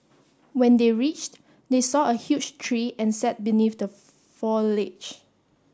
when they reached they saw a huge tree and sat beneath the foliage